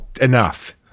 enough